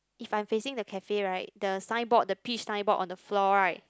if I'm facing the cafe right the sign board the peach sign board on the floor right